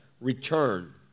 return